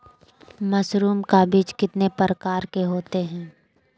Mushroom का बीज कितने प्रकार के होते है?